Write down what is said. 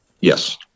Yes